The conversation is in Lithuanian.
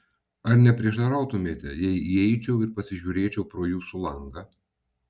ar neprieštarautumėte jei įeičiau ir pasižiūrėčiau pro jūsų langą